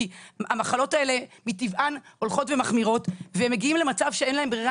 המחלות האלה מטבען הולכות ומחמירות והם מגיעים למצב שאין להם ברירה,